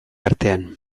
artean